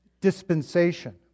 dispensation